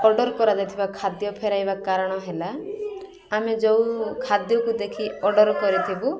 order କରାଯାଇଥିବା ଖାଦ୍ୟ ଫେରାଇବା କାରଣ ହେଲା ଆମେ ଯେଉଁ ଖାଦ୍ୟକୁ ଦେଖି ଅର୍ଡ଼ର କରିଥିବୁ